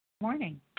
Morning